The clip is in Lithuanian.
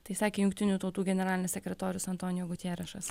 tai sakė jungtinių tautų generalinis sekretorius antonijo gutierešas